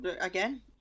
again